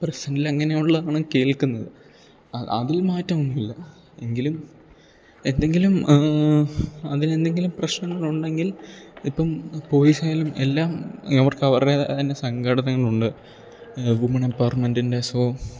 പ്രശ്നമില്ല അങ്ങനെയുള്ളതാണ് കേൾക്കുന്നത് അതിൽ മാറ്റമൊന്നും ഇല്ല എങ്കിലും എന്തെങ്കിലും അതിൽ എന്തെങ്കിലും പ്രശ്നങ്ങളുണ്ടെങ്കിൽ ഇപ്പം പോലീസ് ആയാലും എല്ലാം അവർക്ക് അവരുടേതായ തന്നെ സംഘടനകളുണ്ട് വുമൺ എംപവർമെൻറിൻ്റെ സോ